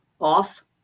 off